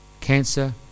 Cancer